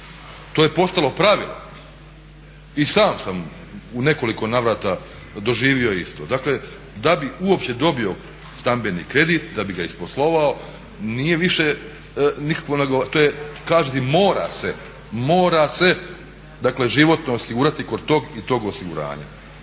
to je postalo pravilo. I sam sam u nekoliko navrata doživio isto. Dakle da bi uopće dobio stambeni kredit, da bi ga isposlovao nije više nikakvo, kaže mora se, mora se životno osigurati kod tog i tog osiguranja.